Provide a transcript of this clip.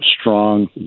strong